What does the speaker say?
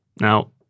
Now